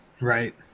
Right